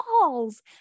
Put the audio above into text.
balls